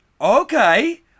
okay